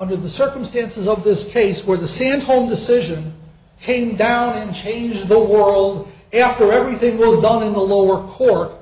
under the circumstances of this case where the same home decision came down and changed the world after everything will be done in the lower cork